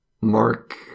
Mark